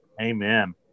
amen